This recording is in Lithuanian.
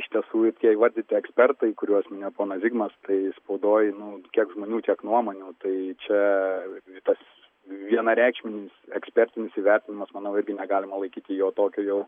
iš tiesų ir tie įvardyti ekspertai kuriuos ponas zigmas tai spaudoj nu kiek žmonių tiek nuomonių tai čia tas vienareikšminis ekspertinis įvertinimas manau irgi negalima laikyti jo tokio jau